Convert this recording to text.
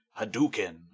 Hadouken